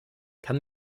kann